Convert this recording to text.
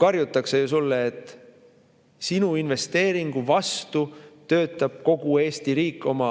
karjutakse ju näkku, et investeeringu vastu töötab kogu Eesti riik oma